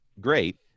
great